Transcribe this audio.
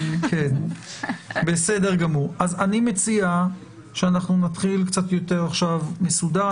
אני מציע שאנחנו נתחיל יותר מסודר.